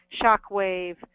shockwave